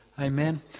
Amen